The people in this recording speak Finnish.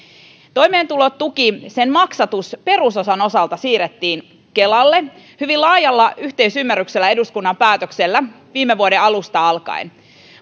toimeentulotuen maksatus perusosan osalta siirrettiin kelalle hyvin laajalla yhteisymmärryksellä eduskunnan päätöksellä viime vuoden alusta alkaen